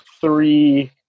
three